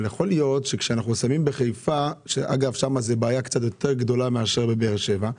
אגב, בחיפה, זאת בעיה יותר גדולה מאשר בבאר שבע.